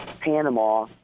Panama